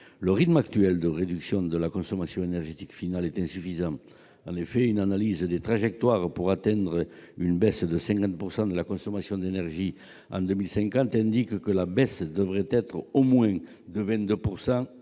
Le rythme actuel de réduction de la consommation énergétique finale est insuffisant. En effet, une analyse des trajectoires pour atteindre une réduction de 50 % de la consommation d'énergie en 2050 indique que la baisse devrait être au moins de 22